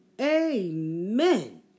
Amen